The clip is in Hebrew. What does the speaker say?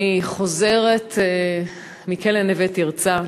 אני חוזרת מכלא "נווה תרצה",